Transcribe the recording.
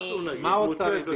אנחנו נגיד, מותנה.